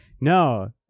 No